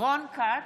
רון כץ,